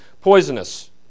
poisonous